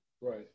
Right